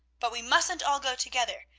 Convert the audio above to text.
but we mustn't all go together.